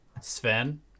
sven